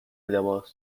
لباس